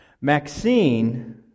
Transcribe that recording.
Maxine